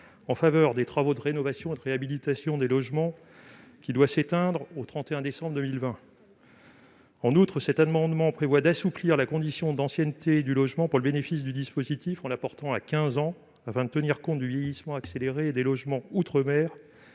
en faveur des travaux de rénovation et de réhabilitation des logements libres, qui doit s'éteindre au 31 décembre 2020. En outre, cet amendement vise à assouplir la condition d'ancienneté du logement pour bénéficier du dispositif, en la portant à quinze ans, afin de tenir compte du vieillissement accéléré des logements outre-mer